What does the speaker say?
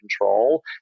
control